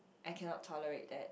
I cannot tolerate that